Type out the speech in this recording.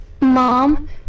Mom